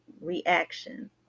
reaction